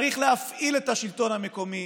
צריך להפעיל את השלטון המקומי.